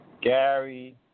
Gary